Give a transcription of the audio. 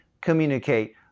communicate